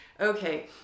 okay